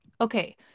Okay